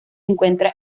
encuentra